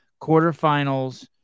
quarterfinals